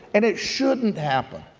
and it shouldn't happen.